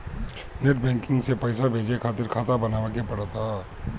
net banking से पईसा भेजे खातिर खाता बानवे के पड़त हअ